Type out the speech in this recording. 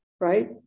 right